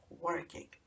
working